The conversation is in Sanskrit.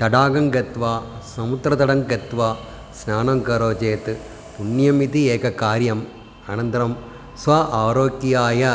तडागं गत्वा समुद्रतटं गत्वा स्नानं करोति चेत् पुण्यमिति एकं कार्यम् अनन्तरं स्वारोग्याय